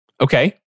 Okay